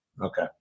Okay